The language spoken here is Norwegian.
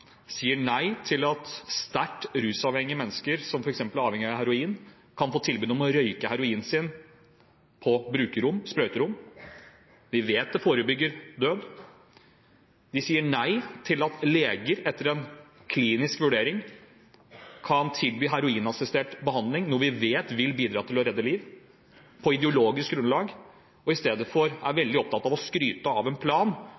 sier nei til at sterkt rusavhengige mennesker som f.eks. er avhengig av heroin, kan få tilbud om å røyke heroin på brukerrom, sprøyterom. Vi vet det forebygger død. De sier på ideologisk grunnlag nei til at leger etter en klinisk vurdering kan tilby heroinassistert behandling, noe vi vet vil bidra til å redde liv, og er i stedet veldig opptatt av å skryte av en plan